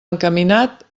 encaminat